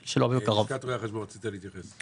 לשכת רואי החשבון, רצית להתייחס?